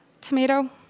Tomato